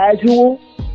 casual